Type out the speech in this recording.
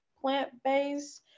plant-based